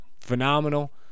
phenomenal